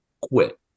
quit